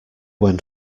when